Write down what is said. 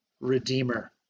redeemer